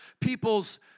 people's